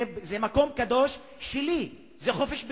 זה מקום קדוש שלי, זה חופש ביטוי,